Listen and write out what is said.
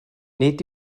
nid